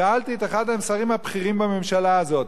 שאלתי את אחד השרים הבכירים בממשלה הזאת: